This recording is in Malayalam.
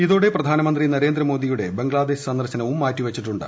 ഇതോടെ പ്രധാനമന്ത്രി നരേന്ദ്രമോദിയുടെ ബംഗ്ലാദേശ് സന്ദർശനവും മാറ്റി വച്ചിട്ടുണ്ട്